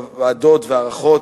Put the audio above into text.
הוועדות וההערכות,